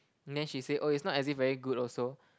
and then she say oh is not as it very good also